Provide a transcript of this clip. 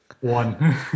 One